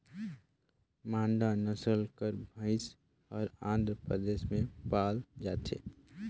मांडा नसल कर भंइस हर आंध्र परदेस में पाल जाथे